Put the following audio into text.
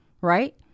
right